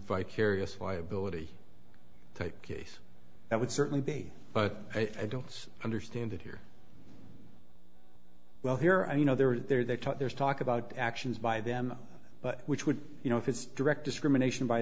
vicarious liability take case that would certainly be but i don't understand it here well here and you know they're there they talk there's talk about actions by them which would you know if it's direct discrimination by